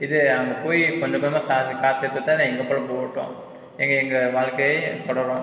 இது அங்கே போய் கொஞ்சம் கொஞ்சம் காசு சேர்த்து வச்சுதான் எங்கள் பிழப்பு ஒடுறோம் எங்கள் எங்கள் வாழ்கையே தொடரும்